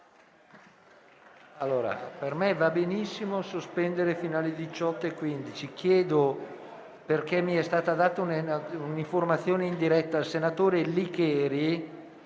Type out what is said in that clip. Per me va benissimo sospendere fino alle ore 18,15. Poiché mi è stata data un'informazione indiretta, chiedo al senatore Licheri